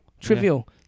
trivial